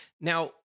Now